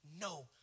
no